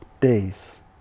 days